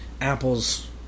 apples